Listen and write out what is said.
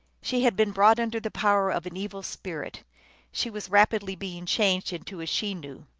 she had been brought under the power of an evil spirit she was rapidly being changed into a chenoo,